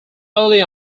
early